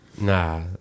nah